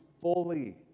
fully